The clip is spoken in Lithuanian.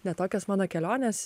ne tokios mano kelionės